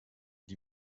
die